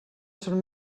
són